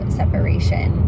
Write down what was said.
separation